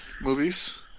movies